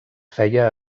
feia